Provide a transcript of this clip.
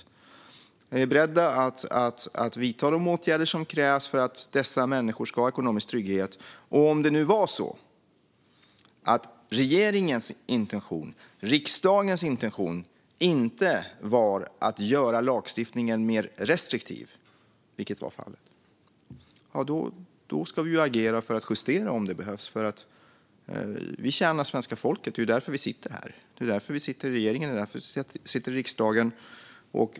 Vi är beredda att vidta de åtgärder som krävs för att dessa människor ska ha ekonomisk trygghet. Om det var på det sättet att regeringens och riksdagens intention inte var att göra lagstiftningen mer restriktiv, vilket var fallet, ska vi ju agera för att justera om det behövs. Vi tjänar svenska folket. Det är därför vi sitter här. Det är därför vi sitter i regeringen och i riksdagen.